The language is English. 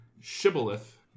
shibboleth